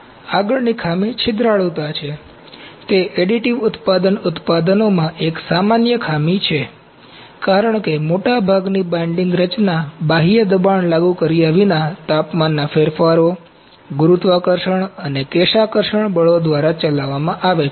આગળની ખામી છિદ્રાળુતા છે તે અડિટીવ ઉત્પાદન ઉત્પાદનોમાં એક સામાન્ય ખામી છે કારણ કે મોટાભાગની બાઇંડિંગ રચના બાહ્ય દબાણ લાગુ કર્યા વિના તાપમાનના ફેરફારો ગુરુત્વાકર્ષણ અને કેશાકર્ષણ બળો દ્વારા ચલાવવામાં આવે છે